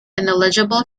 ineligible